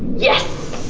yes!